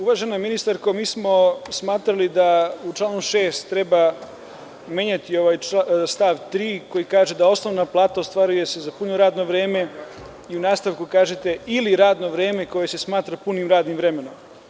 Uvažena ministarko, mi smo smatrali da u članu 6. treba menjati ovaj stav 3. koji kaže: „osnovna plata ostvaruje se za puno radno vreme“ i u nastavku kažete: „ili radno vreme koje se smatra punim radnim vremenom“